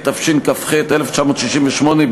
התשכ"ח 1968,